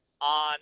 on